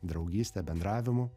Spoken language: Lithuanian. draugyste bendravimu